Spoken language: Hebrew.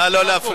נא לא להפריע.